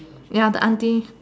ya the auntie